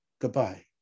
goodbye